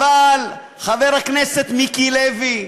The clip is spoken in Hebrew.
אבל, חבר כנסת מיקי לוי,